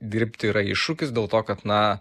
dirbti yra iššūkis dėl to kad na